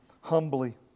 humbly